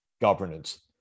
governance